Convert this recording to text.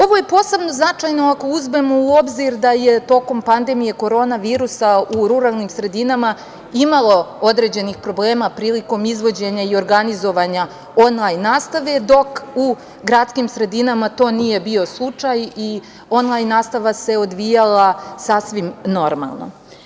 Ovo je posebno značajno ako uzmemo u obzir da je tokom pandemije korona virusa u ruralnim sredinama imalo određenih problema prilikom izvođenja i organizovanja onlajn nastave, dok u gradskim sredinama to nije bio slučaj i onlajn nastava se odvijala sasvim normalno.